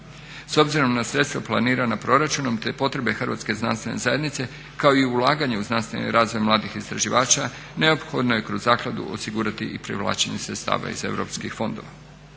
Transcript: S obzirom na sredstva planirana proračunom te potrebe hrvatske znanstvene zajednice kao i ulaganje u znanstveni razvoj mladih istraživača neophodno je kroz zakladu osigurati i privlačenje sredstava iz europskih fondova.